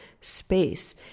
space